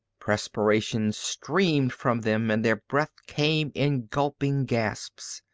perspiration streamed from them and their breath came in gulping gasps.